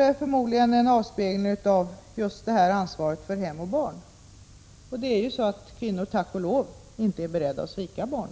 är förmodligen en avspegling av just ansvaret för hem och barn, och tack och lov är kvinnor inte beredda att svika barnen.